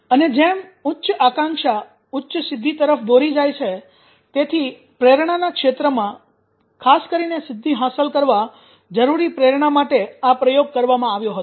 અને જેમ ઉચ્ચ આકાંક્ષા ઉચ્ચ સિદ્ધિ તરફ દોરી જાય છે તેથી પ્રેરણાના ક્ષેત્રમાં ખાસ કરીને સિદ્ધિ હાંસલ કરવા જરૂરી પ્રેરણા માટે આ પ્રયોગ કરવામાં આવ્યો હતો